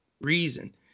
reason